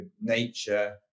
nature